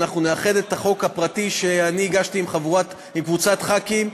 ואנחנו נאחד את החוק הפרטי שאני הגשתי עם קבוצת חברי כנסת.